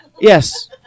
Yes